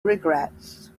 regrets